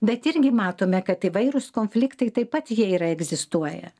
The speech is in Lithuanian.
bet irgi matome kad įvairūs konfliktai taip pat jie yra egzistuoja